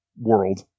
world